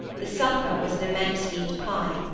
the supper was an immense meat-pie.